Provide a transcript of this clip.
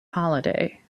holiday